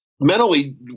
mentally